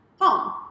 home